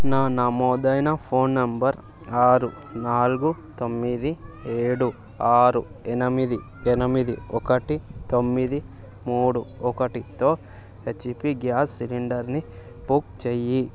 నా నమోదైన phone number ఆరు నాలుగు తొమ్మిది ఏడు ఆరు ఎనిమిది ఎనిమిది ఒకటి తొమ్మిది మూడు ఒకటితో హెచ్పీ గ్యాస్ సిలిండర్ని బుక్ చేయి